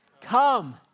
Come